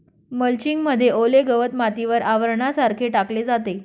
mulching मध्ये ओले गवत मातीवर आवरणासारखे टाकले जाते